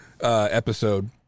episode